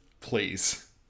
Please